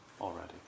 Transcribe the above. already